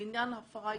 לעניין הפרה עיקרית,